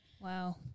Wow